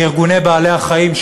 לארגוני בעלי-החיים,